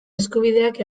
eskubideak